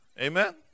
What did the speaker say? Amen